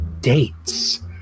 dates